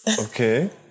Okay